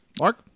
Mark